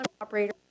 operator